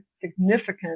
significant